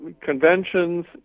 conventions